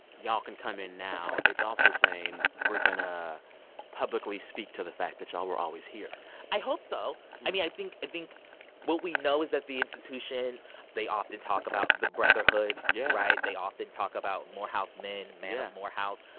y'all can come in now. it's also saying, we're going to publicly speak to the fact that y'all were always here i hope so. i mean, i think i think what we know is that the institution they often talk about the brotherhood. yeah. right? they often talk about morehouse men. yeah. men of morehouse.